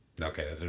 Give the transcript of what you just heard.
Okay